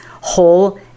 whole